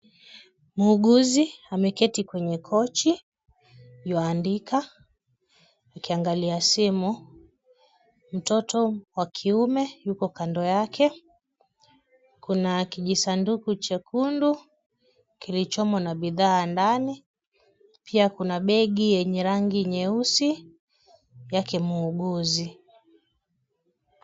Muuguzi ameketi kwenye cochi yu aandika akiangalia simu, mtoto wa kiume yuko kando yake, kuna kijisanduku chekundu kilichomo na bidhaa ndani, pia kuna begi yenye rangi nyeusi yake muuguzi.